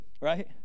Right